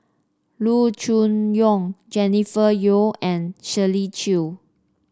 Loo Choon Yong Jennifer Yeo and Shirley Chew